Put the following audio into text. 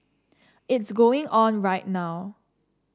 it's going on right now